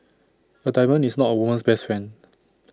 A diamond is not A woman's best friend